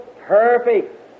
perfect